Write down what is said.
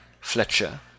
Fletcher